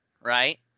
right